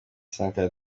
sankara